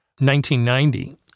1990